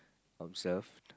observe